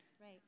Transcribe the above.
Right